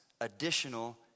additional